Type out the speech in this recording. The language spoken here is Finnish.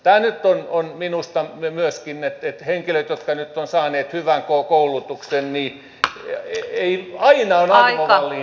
tämä nyt on minusta myöskin niin että henkilöillä jotka nyt ovat saaneet hyvän koulutuksen aina on arvovalinnan paikka mistä säästöjä ja leikkauksia tehdään